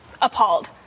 appalled